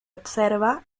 observa